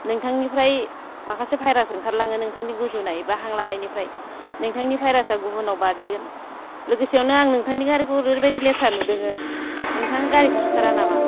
नोंथांनिफ्राय माखासे भाइरास ओंखारलाङो नोंथांनि गुजुनाय एबा हां लानायनिफ्राय नोंथांनि भाइरासा गुबुननाव बारदेरगोन लोगोसेआवनो आङो नोंथांनि गारिखौ ओरैबायदि लेथ्रा नुदोङो नोंथाङा गारिखौ सुथारा नामा